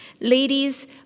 Ladies